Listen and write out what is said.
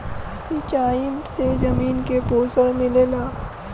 सिंचाई से जमीन के पोषण मिलेला